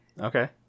okay